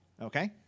okay